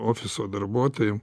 ofiso darbuotojam